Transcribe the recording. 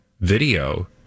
video